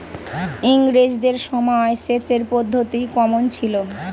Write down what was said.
ইঙরেজদের সময় সেচের পদ্ধতি কমন ছিল?